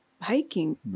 hiking